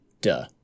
Duh